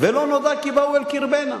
"ולא נודע כי באו אל קרבנה".